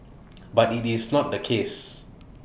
but IT is not the case